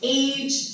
age